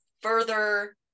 further